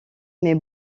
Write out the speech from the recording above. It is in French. met